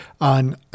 on